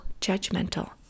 judgmental